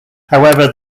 however